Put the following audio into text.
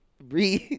breathe